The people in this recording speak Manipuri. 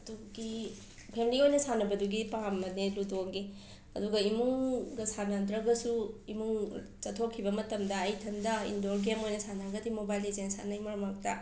ꯑꯗꯨꯒꯤ ꯐꯦꯝꯂꯤ ꯑꯣꯏꯅ ꯁꯥꯟꯅꯕꯗꯨꯒꯤ ꯄꯥꯝꯕꯅꯦ ꯂꯨꯗꯣꯒꯤ ꯑꯗꯨꯒ ꯏꯃꯨꯡꯗ ꯁꯥꯟꯅꯗ꯭ꯔꯒꯁꯨ ꯏꯃꯨꯡ ꯆꯠꯊꯣꯛꯈꯤꯕ ꯃꯇꯝꯗ ꯑꯩ ꯏꯊꯟꯗ ꯏꯟꯗꯣꯔ ꯒꯦꯝ ꯑꯣꯏꯅ ꯁꯥꯟꯅꯔꯒꯗꯤ ꯃꯣꯕꯥꯏꯜ ꯂꯤꯖꯦꯟ ꯁꯥꯅꯩ ꯃꯔꯛ ꯃꯔꯛꯇ